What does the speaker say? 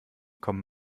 kommen